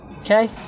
Okay